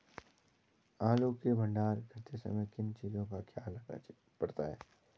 आलू के भंडारण करते समय किन किन चीज़ों का ख्याल रखना पड़ता है?